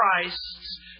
Christ's